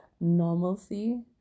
normalcy